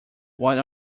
what